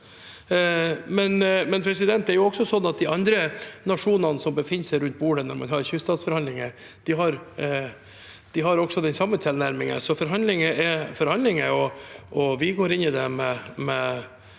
interesser. Det er imidlertid slik at de andre nasjonene som befinner seg rundt bordet når man har kyststatsforhandlinger, har den samme tilnærmingen, så forhandlinger er forhandlinger. Vi går inn i det med